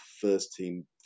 first-team